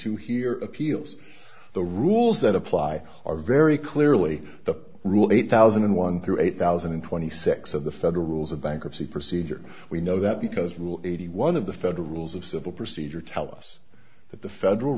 to hear appeals the rules that apply are very clearly the rule eight thousand and one through eight thousand and twenty six of the federal rules of bankruptcy procedure we know that because rule eighty one of the federal rules of civil procedure tell us that the federal